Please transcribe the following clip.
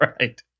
Right